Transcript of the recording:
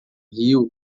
rio